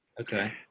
Okay